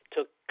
took